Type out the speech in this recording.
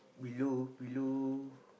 below below